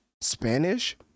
Spanish